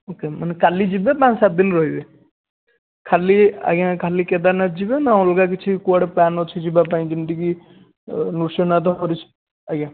okay ମାନେ କାଲି ଯିବେ ନା ସାତ ଦିନ ରହିବେ ଖାଲି ଆଜ୍ଞା ଖାଲି କେଦାରନାଥ ଯିବେ ନା ଅଲଗା କିଛି କୁଆଡ଼େ ପ୍ଲାନ୍ ଅଛି ଯିବା ପାଇଁ ଯେମିତିକି ନୃସିଂହନାଥ ଆଜ୍ଞା